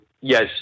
yes